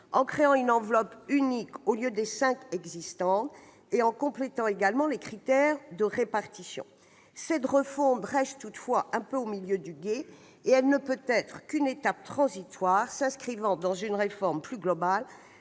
en créant une enveloppe unique, au lieu des cinq enveloppes existantes, et en complétant également les critères de répartition. Toutefois, cette refonte reste quelque peu au milieu du gué. Elle ne peut être qu'une étape transitoire, s'inscrivant dans une réforme plus globale